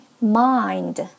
mind